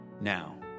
Now